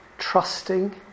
trusting